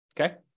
Okay